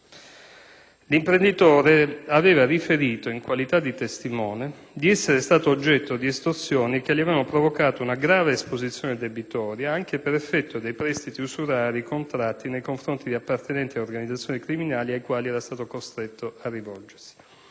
L'imprenditore aveva riferito, in qualità di testimone, di essere stato oggetto di estorsioni che gli avevano provocato una grave esposizione debitoria, anche per effetto dei prestiti usurari contratti nei confronti di appartenenti ad organizzazioni criminali, ai quali era stato costretto a rivolgersi.